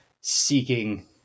seeking